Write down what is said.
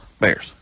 Bears